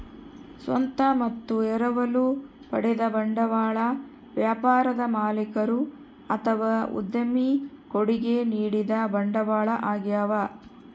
ಸ್ವಂತ ಮತ್ತು ಎರವಲು ಪಡೆದ ಬಂಡವಾಳ ವ್ಯಾಪಾರದ ಮಾಲೀಕರು ಅಥವಾ ಉದ್ಯಮಿ ಕೊಡುಗೆ ನೀಡಿದ ಬಂಡವಾಳ ಆಗ್ಯವ